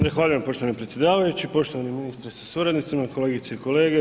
Zahvaljujem poštovani predsjedavajući, poštovani ministre sa suradnicima, kolegice i kolege.